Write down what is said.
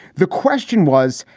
the question was,